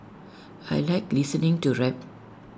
I Like listening to rap